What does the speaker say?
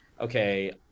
okay